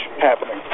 happening